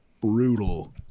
brutal